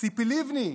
ציפי לבני,